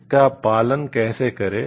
इसका पालन कैसे करें